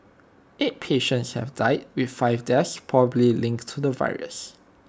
eight patients have died with five deaths possibly linked to the virus